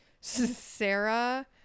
Sarah